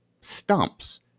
stumps